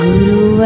Guru